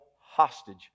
hostage